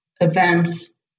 events